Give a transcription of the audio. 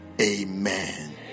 amen